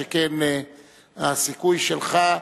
שכן הסיכוי שלך,